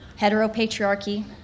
Heteropatriarchy